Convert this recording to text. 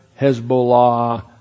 Hezbollah